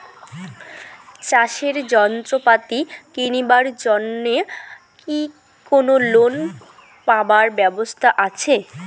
চাষের যন্ত্রপাতি কিনিবার জন্য কি কোনো লোন পাবার ব্যবস্থা আসে?